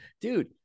dude